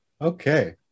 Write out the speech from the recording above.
Okay